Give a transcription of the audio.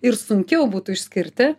ir sunkiau būtų išskirti